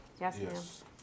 Yes